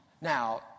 now